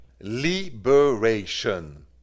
Liberation